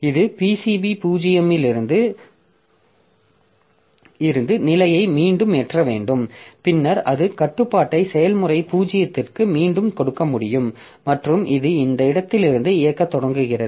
இது PCB 0 இலிருந்து நிலையை மீண்டும் ஏற்ற வேண்டும் பின்னர் அது கட்டுப்பாட்டை செயல்முறை 0ற்கு மீண்டும் கொடுக்க முடியும் மற்றும் இது இந்த இடத்திலிருந்து இயக்கத் தொடங்குகிறது